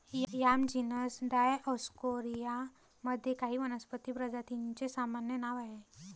yam genus Dioscorea मध्ये काही वनस्पती प्रजातींचे सामान्य नाव आहे